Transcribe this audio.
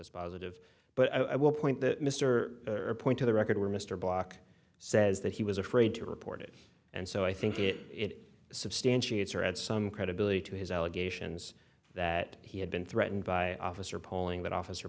dispositive but i will point that mr point to the record where mr bloch says that he was afraid to report it and so i think it it substantiates or add some credibility to his allegations that he had been threatened by officer polling that officer